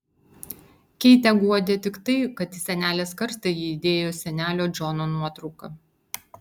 keitę guodė tik tai kad į senelės karstą ji įdėjo senelio džono nuotrauką